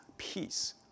peace